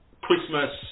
Christmas